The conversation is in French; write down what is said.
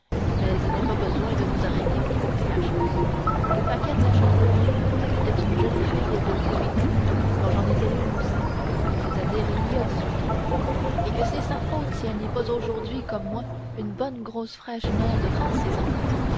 donc mais il n'est pas besoin de nous arrêter pour conter la chose que paquette la chantefleurie était une jolie fille de dix-huit ans quand j'en étais une aussi c'est-à-dire il y a dix-huit ans et que c'est sa faute si elle n'est pas aujourd'hui comme moi une bonne grosse fraîche mère de trente-six ans